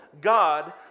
God